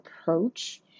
approach